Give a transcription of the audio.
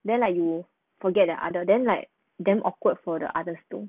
then like you forget the other then like damn awkward for the others too